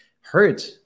hurt